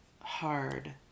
Hard